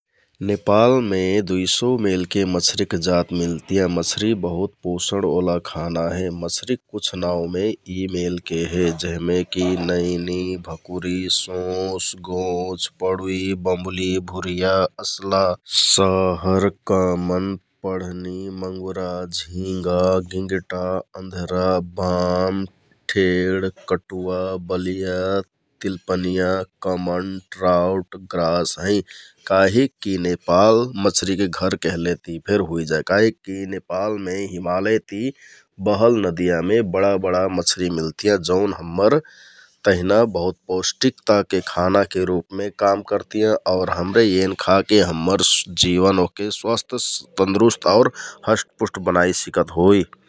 नेपालमे दुइ सौ मेलके मछरिक जात मिलतियाँ मछरि बहुत पोशषवाला खाना हे । मछरिक कुछ नाउँमे यि मेलके हे जेहमेकि नैनि, भकुरि, सोंस, गोछ, पँडुइ, बम्बुलि, भुरिया, असला, शहर, कमन, पडहनि, मँगुरा, झिंगा, गिंगटा, अन्धरा, बाम, ठेड, कटुवा, भुरिया, तिलपनियाँ, कमन, ट्राउट, क्रास हैं । काहिककि यि नेपाल मछरिके घर कहलेति फेर होइ । काहिककि नेपालमे हिमालयति बहल नदियामे बडा बडा मछरि मिलतियाँ जौन हम्मर तहिना बहुत पौस्टिकताके खानाके रुपमे काम करतियाँ । आउर हमरे एन खाके हम्मर जिवन ओहके स्वास्थ, तन्दुरुस्त आउर हस्टपुस्ट बनाइ सिकत होइ ।